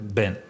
ben